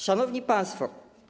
Szanowni Państwo!